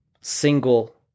single